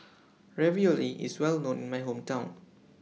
Ravioli IS Well known in My Hometown